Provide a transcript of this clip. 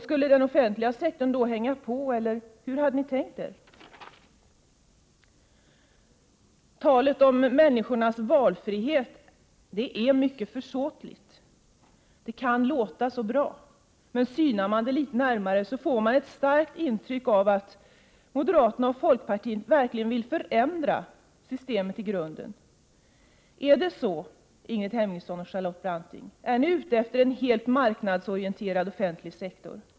Skulle den offentliga sektorn hänga på, eller hur hade ni tänkt er det hela? Talet om människornas valfrihet är mycket försåtligt. Det kan låta så bra, men synar man litet närmare får man ett starkt intryck av att moderaterna och folkpartiet verkligen vill förändra systemet i grunden. Är det så, Ingrid Hemmingsson och Charlotte Branting, att ni är ute efter en helt marknadsorienterad offentlig sektor?